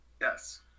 Yes